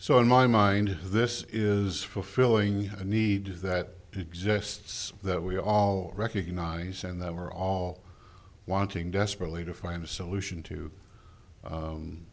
so in my mind this is fulfilling a need that exists that we all recognize and that we're all wanting desperately to find a solution to